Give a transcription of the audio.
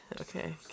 Okay